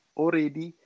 already